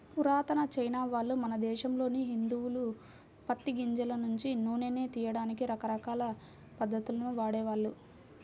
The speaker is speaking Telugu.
పురాతన చైనావాళ్ళు, మన దేశంలోని హిందువులు పత్తి గింజల నుంచి నూనెను తియ్యడానికి రకరకాల పద్ధతుల్ని వాడేవాళ్ళు